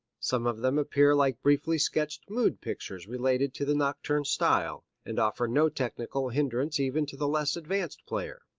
some of them appear like briefly sketched mood pictures related to the nocturne style, and offer no technical hindrance even to the less advanced player.